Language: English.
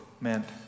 meant